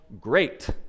great